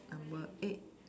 number eight